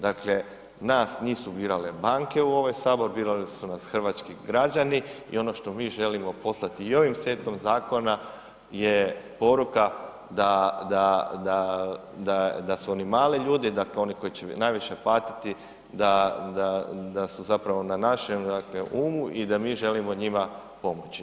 Dakle, nas nisu birale banke u ovaj sabor birali su nas hrvatski građani i ono što mi želimo poslati i ovim setom zakona je poruka da su oni mali ljudi, dakle oni koji će najviše patiti da su zapravo na našem dakle umu i da mi želimo njima pomoći.